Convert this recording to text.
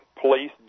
police